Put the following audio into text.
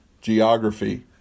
geography